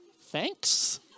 thanks